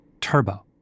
turbo